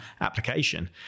application